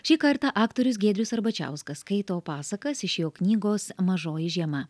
šį kartą aktorius giedrius arbačiauskas skaito pasakas iš jo knygos mažoji žiema